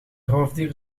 roofdier